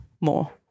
more